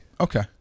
Okay